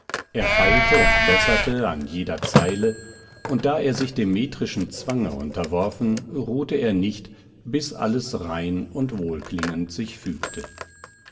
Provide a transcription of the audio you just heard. er feilte und besserte an jeder zeile und da er sich dem metrischen zwange unterworfen ruhte er nicht bis alles rein und wohlklingend sich fügte